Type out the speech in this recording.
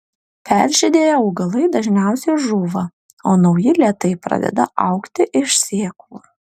peržydėję augalai dažniausiai žūva o nauji lėtai pradeda augti iš sėklų